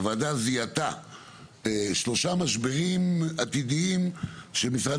הוועדה זיהתה שלושה משברים עתידיים שמשרד